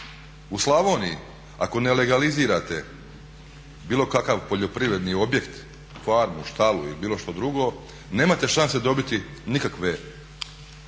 U Slavoniji ako ne legalizirate bilo kakav poljoprivredni objekt farmu, štalu ili bilo što drugo nemate šanse dobiti nikakve